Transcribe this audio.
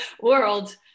world